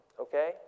Okay